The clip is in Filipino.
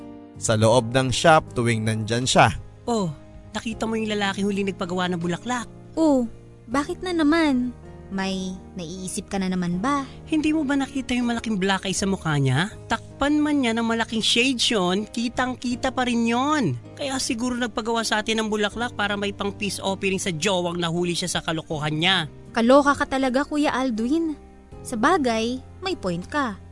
Sa loob ng shop tuwing nandyan siya. Oh, nakita mo yung lalaking huli nagpagawa ng bulaklak? Oh, bakit na naman? May naiisip ka na naman ba? Hindi mo ba nakita yung malaking black eye sa mukha niya? Takpan man niya ng malaking shade 'yon, kitang-kita pa rin 'yon. Kaya siguro nagpagawa sa atin ng bulaklak para may pang-peace offering sa jowang nahuli siya sa kalokohan niya. Kaloka ka talaga, Kuya Aldwin. Sabagay, may point ka.